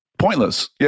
pointless